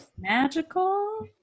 magical